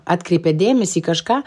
atkreipia dėmesį į kažką